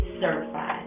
certified